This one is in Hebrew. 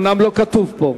אומנם זה לא כתוב פה,